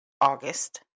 August